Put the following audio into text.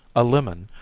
a lemon,